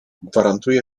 gwarantuje